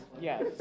Yes